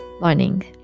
learning